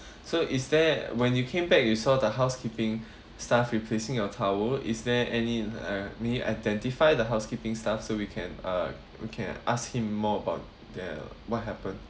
so is there when you came back you saw the housekeeping staff replacing your towel is there any uh may identify the housekeeping staff so we can uh we can ask him more about the what happen